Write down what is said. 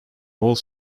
old